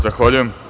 Zahvaljujem.